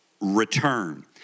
return